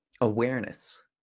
awareness